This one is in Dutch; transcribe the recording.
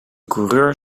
coureur